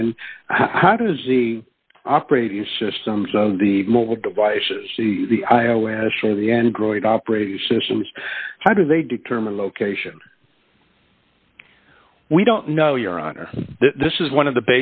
and how does the operating systems of the mobile devices see the i o initially and growing operating systems how do they determine location we don't know your honor this is one of the